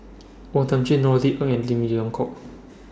O Thiam Chin Norothy Ng and Lim Leong Geok